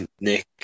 Nick